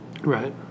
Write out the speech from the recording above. Right